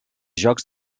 jocs